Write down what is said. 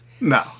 No